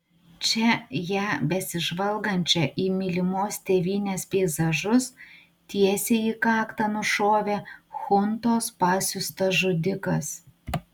čia ją besižvalgančią į mylimos tėvynės peizažus tiesiai į kaktą nušovė chuntos pasiųstas žudikas